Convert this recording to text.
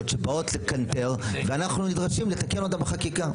שבאות לקנטר ואנחנו נדרשים לתקן אותן בחקיקה.